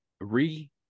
re